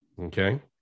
Okay